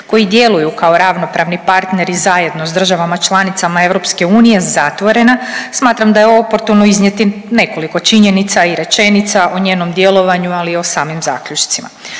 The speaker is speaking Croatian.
koji djeluju kao ravnopravni partneri zajedno s državama članicama EU zatvorena, smatram da je oportuno iznijeti nekoliko činjenica i rečenica o njenom djelovanju, ali i u samim zaključcima.